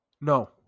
No